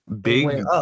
Big